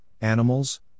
animals